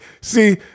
see